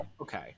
okay